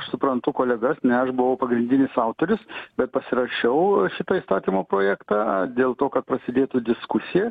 suprantu kolegas ne aš buvau pagrindinis autorius bet pasirašiau šito įstatymo projektą dėl to kad prasidėtų diskusija